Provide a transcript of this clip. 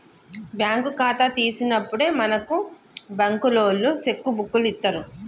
bank ఖాతా తీసినప్పుడే మనకు బంకులోల్లు సెక్కు బుక్కులిత్తరు